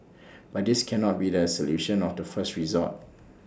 but this cannot be the solution of the first resort